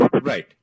Right